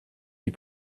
die